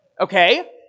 Okay